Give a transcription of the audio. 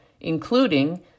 including